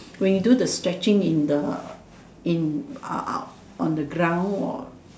when you do the stretching in the in ah on the ground or